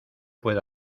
puede